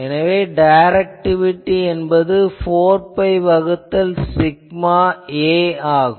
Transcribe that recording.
எனவே டைரக்டிவிட்டி என்பது 4 பை வகுத்தல் சிக்மா A ஆகும்